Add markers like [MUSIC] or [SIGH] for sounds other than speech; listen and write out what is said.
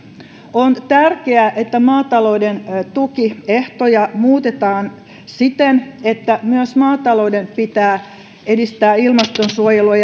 on tärkeää että maatalouden tukiehtoja muutetaan siten että myös maatalouden pitää edistää ilmastonsuojelua [UNINTELLIGIBLE]